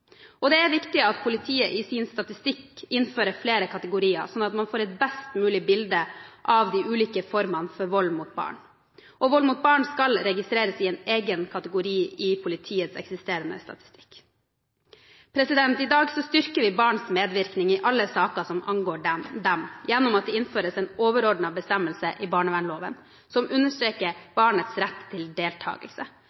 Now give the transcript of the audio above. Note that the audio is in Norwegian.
og det er viktig at politiet i sin statistikk innfører flere kategorier, sånn at man får et best mulig bilde av de ulike formene for vold mot barn. Vold mot barn skal registreres i en egen kategori i politiets eksisterende statistikk. I dag styrker vi barns medvirkning i alle saker som angår dem, gjennom at det innføres en overordnet bestemmelse i barnevernloven som understreker